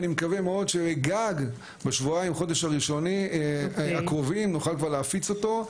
ואני מקווה מאד שגג בשבועיים-חודש הקרובים נוכל כבר להפיץ אותו,